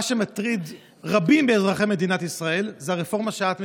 מה שמטריד רבים מאזרחי ישראל זה הרפורמה שאת מציעה.